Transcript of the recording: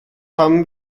haben